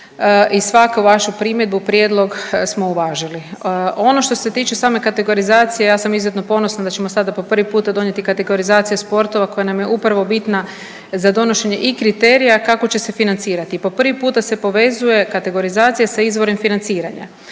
i svaku vašu primjedbu, prijedlog smo uvažili. Ono što se tiče same kategorizacije ja sam izuzetno ponosna da ćemo sada po prvi donijeti kategorizaciju sportova koja nam je upravo bitna za donošenje i kriterija kako će se financirati. Po prvi puta se povezuje kategorizacija sa izvorom financiranja.